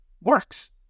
works